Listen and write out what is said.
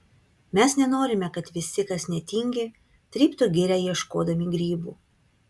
mes nenorime kad visi kas netingi tryptų girią ieškodami grybų